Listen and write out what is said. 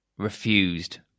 refused